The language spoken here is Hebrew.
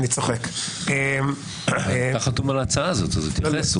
אתה חתום על ההצעה הזאת, אז הוא התייחס.